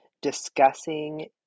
discussing